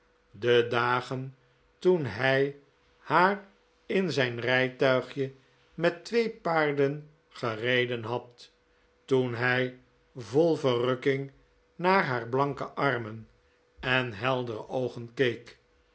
de dagen toen hij haar in zijn rijtuigje met twee paarden gereden had toen hij vol verrukking naar haar blanke armen en heldere oogen